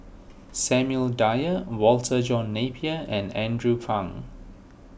Samuel Dyer Walter John Napier and Andrew Phang